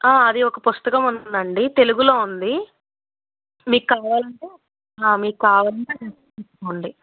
అది ఒక పుస్తకముందండి తెలుగులో ఉంది మీక్కావాలంటే మీక్కావాలంటే ఉంది